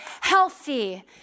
healthy